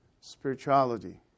spirituality